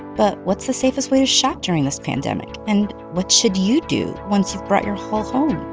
but what's the safest way to shop during this pandemic? and what should you do once you've brought your haul home?